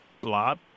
blob